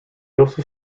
also